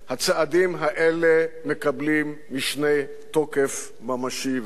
הצעדים האלה מקבלים משנה תוקף ממשי ואמיתי.